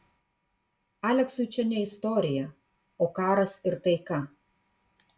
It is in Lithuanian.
aleksui čia ne istorija o karas ir taika